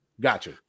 Gotcha